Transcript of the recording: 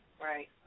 right